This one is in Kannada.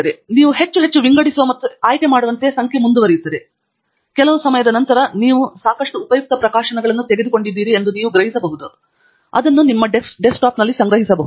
ಮತ್ತು ನೀವು ಹೆಚ್ಚು ಹೆಚ್ಚು ವಿಂಗಡಿಸುವ ಮತ್ತು ಆಯ್ಕೆ ಮಾಡುವಂತೆ ಸಂಖ್ಯೆ ಮುಂದುವರಿಯುತ್ತದೆ ಮತ್ತು ಸಮಯದ ಕೆಲವು ಹಂತದಲ್ಲಿ ನೀವು ಸಾಕಷ್ಟು ಉಪಯುಕ್ತ ಪ್ರಕಾಶನಗಳನ್ನು ತೆಗೆದುಕೊಂಡಿದ್ದೀರಿ ಎಂದು ನೀವು ಹೇಳಬಹುದು ಆದ್ದರಿಂದ ನೀವು ಅವುಗಳನ್ನು ನಿಮ್ಮ ಡೆಸ್ಕ್ಟಾಪ್ನಲ್ಲಿ ಸಂಗ್ರಹಿಸಬಹುದು